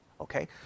Okay